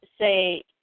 say